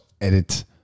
Edit